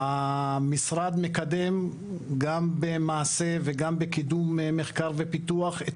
המשרד מקדם גם במעשה וגם בקידום מחקר ופיתוח את